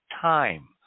time